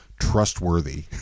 trustworthy